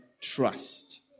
trust